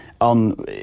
on